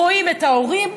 רואים את ההורים,